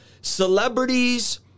Celebrities